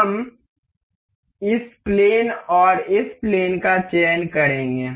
हम इस प्लेन और इस प्लेन का चयन करेंगे